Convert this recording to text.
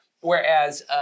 whereas